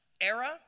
era